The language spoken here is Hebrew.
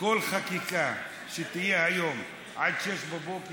כל חקיקה שתהיה היום עד 06:00,